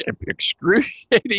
excruciating